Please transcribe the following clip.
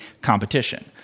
competition